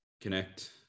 connect